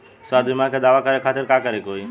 स्वास्थ्य बीमा के दावा करे के खातिर का करे के होई?